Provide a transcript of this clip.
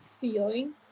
feeling